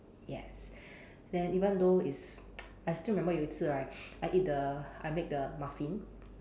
yes then even though it's I still remember 有一次：you yi ci right I eat the I make the muffin